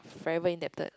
forever indebted